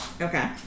Okay